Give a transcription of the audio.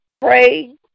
pray